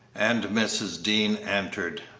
and mrs. dean entered.